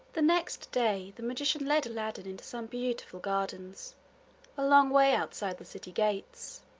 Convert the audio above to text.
the next day the magician led aladdin into some beautiful gardens a long way outside the city gates.